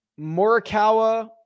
Morikawa